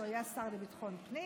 שהיה שר לביטחון פנים,